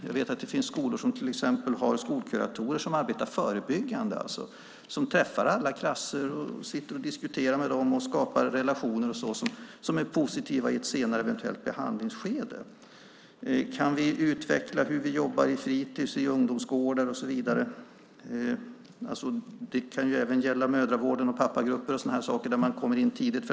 Jag vet att det finns skolor som till exempel har skolkuratorer som arbetar förebyggande, som träffar alla klasser och sitter och diskuterar med dem och skapar relationer som är positiva i ett senare eventuellt behandlingsskede. Kan vi utveckla sättet att jobba i fritids, ungdomsgårdar och så vidare? Det kan även gälla mödravården, pappagrupper och sådana saker där man kommer in tidigt.